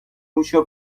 موشو